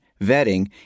vetting